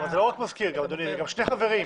אבל זה עוד מזכיר אדוני, ויש גם שני חברים.